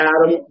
Adam